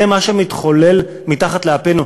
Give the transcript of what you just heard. זה מה שמתחולל מתחת לאפנו.